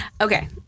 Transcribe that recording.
okay